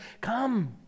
Come